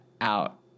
out